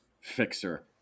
Fixer